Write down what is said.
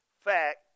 fact